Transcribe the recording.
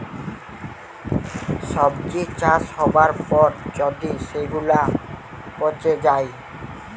সবজি চাষ হবার পর যদি সেগুলা পচে যায়